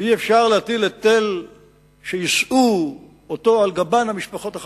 שאי-אפשר להטיל היטל שיישאו אותו על גבן המשפחות החלשות.